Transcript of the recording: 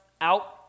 Out